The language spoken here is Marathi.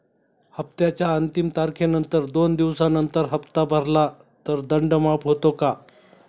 हप्त्याच्या अंतिम तारखेनंतर दोन दिवसानंतर हप्ता भरला तर दंड माफ होतो का?